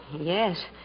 Yes